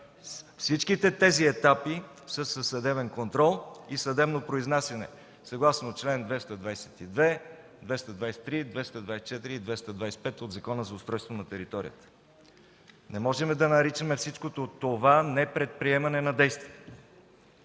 Всички тези етапи са със съдебен контрол и съдебно произнасяне, съгласно чл. 222, 223, 224 и 225 от Закона за устройство на територията. Не можем да наричаме всичко това непредприемане на действия.